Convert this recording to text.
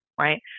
right